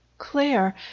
Claire